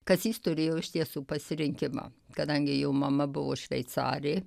kazys turėjo iš tiesų pasirinkimą kadangi jo mama buvo šveicarė